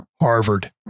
Harvard